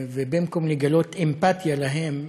ובמקום לגלות אמפתיה להם,